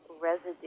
residue